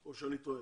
או שאני טועה.